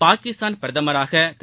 பாகிஸ்தான் பிரதமராக திரு